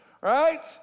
right